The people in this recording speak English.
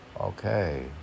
Okay